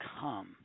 come